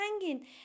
hanging